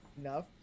enough